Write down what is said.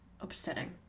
upsetting